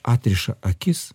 atriša akis